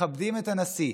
מכבדים את הנשיא.